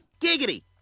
Giggity